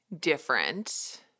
different